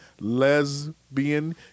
lesbian